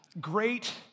Great